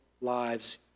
lives